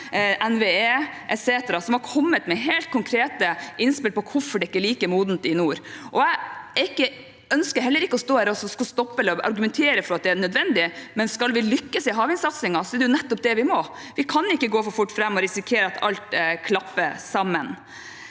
NVE etc., som har kommet med helt konkrete innspill på hvorfor det ikke er like modent i nord. Jeg ønsker heller ikke å stå her og argumentere for at det er nødvendig å stoppe, men skal vi lykkes i havvindsatsingen, er det nettopp det vi må. Vi kan ikke gå for fort fram og risikere at alt klapper sammen.